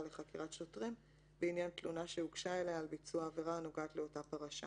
לחקירת שוטרים בעניין תלונה שהוגשה אליה על ביצוע עבירה הנוגעת לאותה פרשה